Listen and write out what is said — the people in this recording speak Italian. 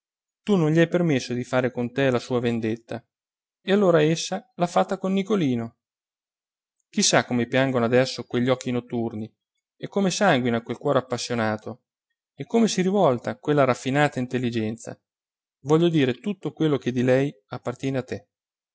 tu non gli hai permesso di fare con te la sua vendetta e allora essa l'ha fatta con nicolino chi sa come piangono adesso quegli occhi notturni e come sanguina quel cuore appassionato e come si rivolta quella raffinata intelligenza voglio dire tutto quello che di lei appartiene a te